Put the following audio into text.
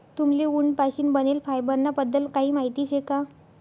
तुम्हले उंट पाशीन बनेल फायबर ना बद्दल काही माहिती शे का?